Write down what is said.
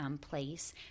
place